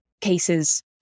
cases